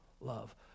love